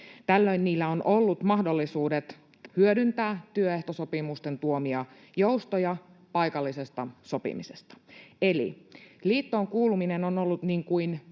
Tällöin niillä on ollut mahdollisuudet hyödyntää työehtosopimusten tuomia joustoja paikallisesta sopimisesta. Eli liittoon kuuluminen on ollut niin kuin